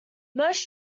most